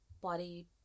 body